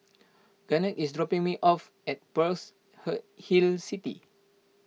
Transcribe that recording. Garnett is dropping me off at Pearl's Hill City